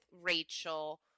Rachel